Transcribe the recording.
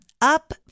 Up